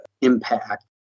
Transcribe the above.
impact